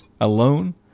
alone